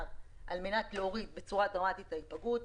כדי להוריד בצורה דרמטית את ההיפגעות,